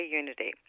unity